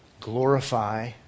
glorify